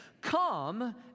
Come